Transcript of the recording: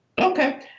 Okay